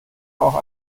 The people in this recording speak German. auch